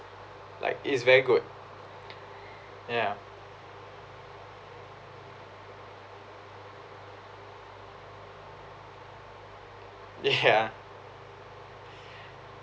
like it's very good ya yeah